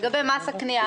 לגבי מס הקנייה,